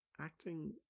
acting